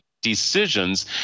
decisions